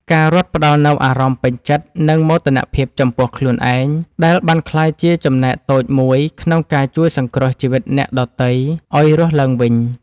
ការរត់ផ្ដល់នូវអារម្មណ៍ពេញចិត្ត និងមោទនភាពចំពោះខ្លួនឯង ដែលបានក្លាយជាចំណែកតូចមួយក្នុងការជួយសង្គ្រោះជីវិតអ្នកដទៃឱ្យរស់ឡើងវិញ។